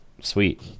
sweet